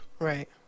Right